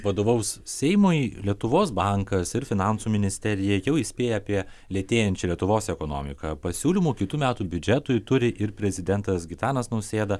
vadovaus seimui lietuvos bankas ir finansų ministerija jau įspėja apie lėtėjančią lietuvos ekonomiką pasiūlymų kitų metų biudžetui turi ir prezidentas gitanas nausėda